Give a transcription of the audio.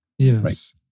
Yes